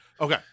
Okay